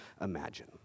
imagine